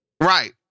Right